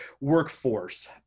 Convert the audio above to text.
workforce